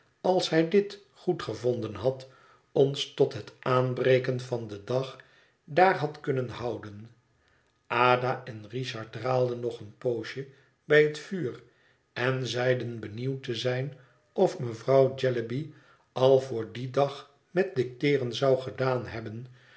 als hij dit goed gevonden had ons tot het aanbreken van den dag daar had kunnen houden ada en richard draalden nog een poosje bij het vuur en zeiden benieuwd te zijn of mevrouw jellyby al voor dien dag met dicteeren zou gedaan hebben